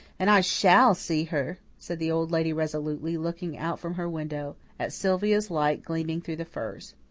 and i shall see her, said the old lady resolutely, looking out from her window at sylvia's light gleaming through the firs.